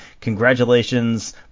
Congratulations